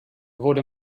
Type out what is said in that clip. wurde